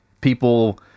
people